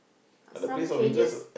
some changes